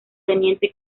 teniente